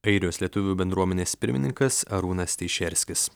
airijos lietuvių bendruomenės pirmininkas arūnas teišerskis